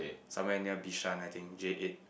somewhere near Bishan I think J eight